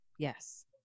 Yes